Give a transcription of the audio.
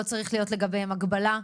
לא צריכה להיות לגביהם הגבלה.